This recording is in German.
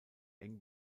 eng